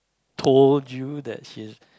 told you that she